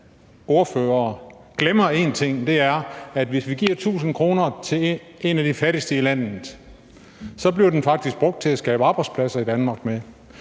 ordfører glemmer én ting, og det er, at hvis vi giver 1.000 kr. til en af de fattigste i landet, så bliver de faktisk brugt til at skabe arbejdspladser i Danmark med.